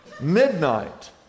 Midnight